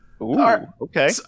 Okay